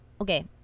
Okay